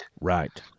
Right